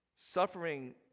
Suffering